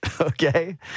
okay